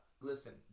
Listen